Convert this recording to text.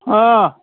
آ